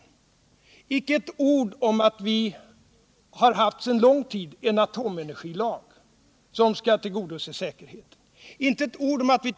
Han sade inte ett ord om att vi under lång tid har haft en atomenergilag som skall tillgodose säkerheten.